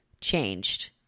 changed